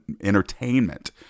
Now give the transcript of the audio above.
entertainment